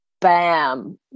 bam